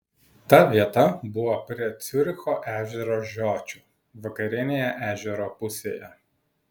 ta vieta buvo prie ciuricho ežero žiočių vakarinėje ežero pusėje